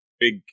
big